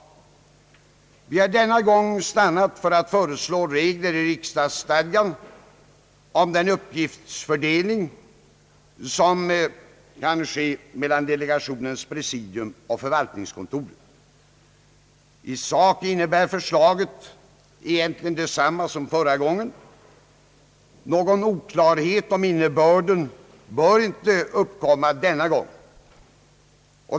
Vi har denna gång stannat för att föreslå regler i riksdagsstadgan om den uppgiftsfördelning som kan ske mellan delegationens presidium och förvaltningskontoret. I sak innebär förslaget egentligen detsamma som utskottet avsåg förra gången. Någon oklarhet om innebörden bör inte uppkomma denna gång.